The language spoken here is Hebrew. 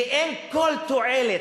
ואין כל תועלת,